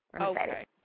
okay